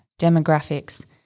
demographics